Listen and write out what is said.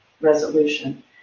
resolution